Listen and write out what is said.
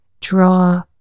draw